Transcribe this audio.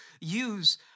use